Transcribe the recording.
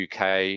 UK